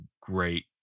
great